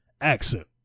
accent